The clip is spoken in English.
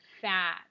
fat